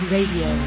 Radio